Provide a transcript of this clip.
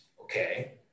okay